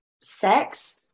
sex